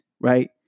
right